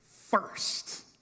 first